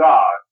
God